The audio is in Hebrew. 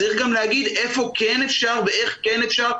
צריך גם להגיד איפה כן אפשר ואיך כן אפשר,